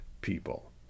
people